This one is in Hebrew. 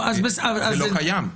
זה לא קיים.